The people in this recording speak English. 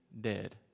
dead